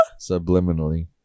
Subliminally